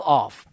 off